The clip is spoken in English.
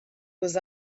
was